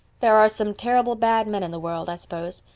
there are some terrible bad men in the world, i suppose,